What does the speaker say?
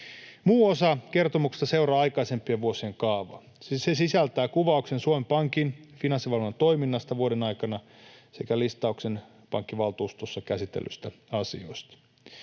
Muu osa kertomuksesta seuraa aikaisempien vuosien kaavaa. Se sisältää kuvauksen Suomen Pankin finanssivalvonnan toiminnasta vuoden aikana sekä listauksen pankkivaltuustossa käsitellyistä asioista.